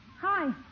Hi